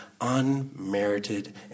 unmerited